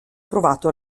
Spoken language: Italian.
provato